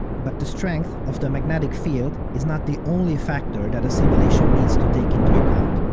but the strength of the magnetic field is not the only factor that a simulation needs to take into account.